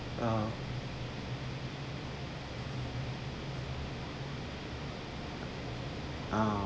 uh uh